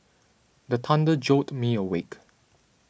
the thunder jolt me awake